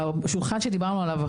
השולחן שדיברנו עליו,